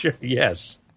Yes